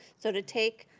so to take,